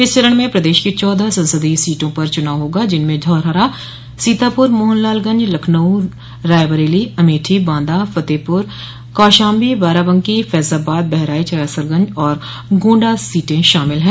इस चरण में प्रदेश की चौदह संसदीय सीटों पर चुनाव होगा जिसमें धौरहरा सीतापुर मोहनलालगंज लखनऊ रायबरेली अमेठी बांदा फतेहपुर कौशाम्बी बाराबंकी फैजाबाद बहराइच कैसरगंज और गोण्डा सीटें शामिल हैं